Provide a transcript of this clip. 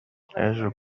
hejuru